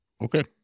Okay